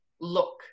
look